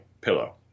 pillow